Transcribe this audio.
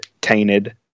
tainted